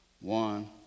One